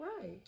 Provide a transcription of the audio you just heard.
Right